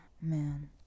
man